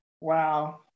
Wow